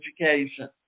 education